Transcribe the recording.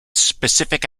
specific